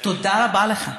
תודה רבה לך.